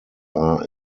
are